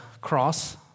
cross